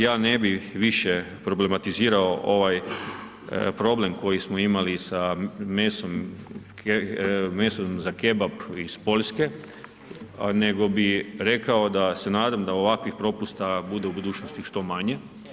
Ja ne bih više problematizirao ovaj problem koji smo imali sa mesom za kebab iz Poljske, nego bih rekao da se nadam da ovakvih propusta bude u budućnosti što manje.